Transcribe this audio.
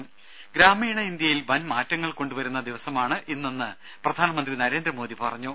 രുമ ഗ്രാമീണ ഇന്ത്യയിൽ വൻ മാറ്റങ്ങൾ കൊണ്ടു വരുന്ന ദിവസമാണ് ഇന്ന് എന്ന് പ്രധാനമന്ത്രി നരേന്ദ്രമോദി പറഞ്ഞു